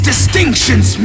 Distinction's